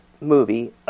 movie